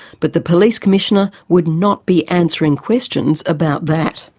but the police commissioner would not be answering questions about that.